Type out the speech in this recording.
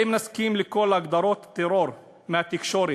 האם נסכים לכל הגדרות טרור מהתקשורת,